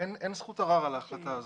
אין זכות ערר על ההחלטה הזאת,